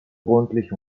rundlich